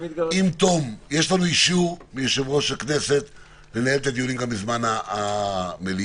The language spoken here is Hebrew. יש לנו אישור מיושב-ראש הכנסת לנהל את הדיונים גם בזמן המליאה.